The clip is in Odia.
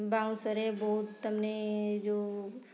ବାଉଁଶରେ ବହୁତ ତାମାନେ ଯେଉଁ